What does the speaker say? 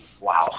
Wow